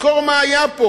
תזכור מה היה פה